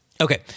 Okay